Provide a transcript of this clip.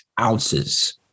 ounces